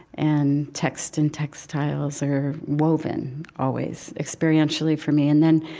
and text and textiles are woven always, experientially for me. and then,